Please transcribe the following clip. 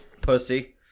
Pussy